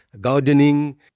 gardening